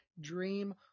dream